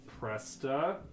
Presta